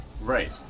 Right